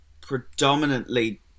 predominantly